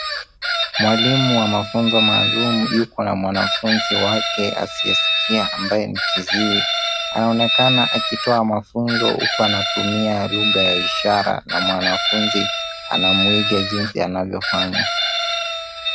Mwalimu wa mafunzo maalum yuko na mwanafunzi wake asiyesikia ambaye ni kiziwi. Anaonekana akitoa mafunzo huku anatumia lugha ya ishara na mwanafunzi anamuiga jinsi anavyofanya.